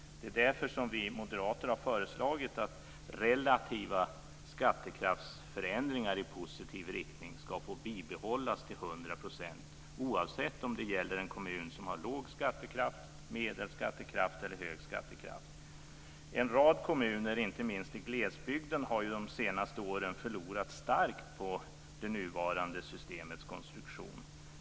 Det är därför vi moderater har föreslagit att relativa skattekraftsförändringar i positiv riktning ska få bibehållas till 100 % oavsett om det gäller en kommun som har låg skattekraft, medelhög skattekraft eller hög skattekraft. En rad kommuner inte minst i glesbygden har ju de senaste åren förlorat starkt på det nuvarande systemets konstruktion.